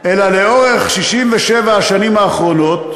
אלא לאורך 67 השנים האחרונות